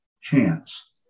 chance